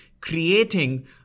creating